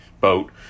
boat